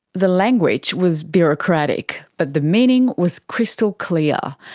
the language was bureaucratic, but the meaning was crystal clear.